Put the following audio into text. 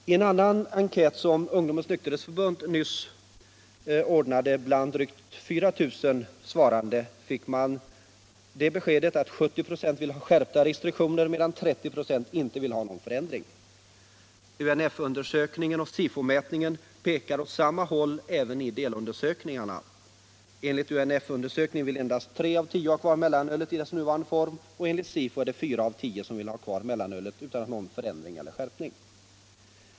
I en annan enkät, som Ungdomens nykterhetsförbund nyligen ordnade bland drygt 4 000 människor, fick man till svar att 70 96 ville ha skärpta resriktioner medan 30 96 inte ville ha någon förändring. UNF-undersökningen och SIFO-mätningen pekar åt samma håll även i delundersökningarna. Enligt UNF-undersökningen vill endast tre av tio ha kvar mellanölet i dess nuvarande form, och enligt SIFO är det fyra av tio som vill ha kvar mellanölet utan någon förändring eller skärpning.